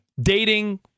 Dating